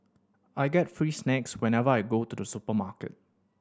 I get free snacks whenever I go to the supermarket